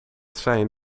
zijn